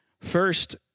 First